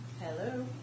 Hello